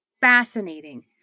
fascinating